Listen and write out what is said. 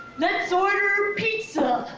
let's order pizza.